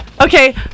Okay